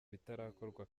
bitarakorwa